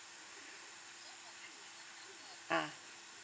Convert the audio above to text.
ah